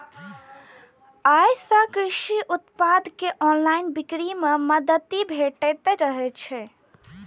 अय सं कृषि उत्पाद के ऑनलाइन बिक्री मे मदति भेटतै